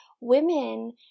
women